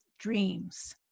Dreams